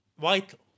vital